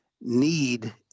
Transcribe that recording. need